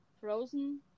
frozen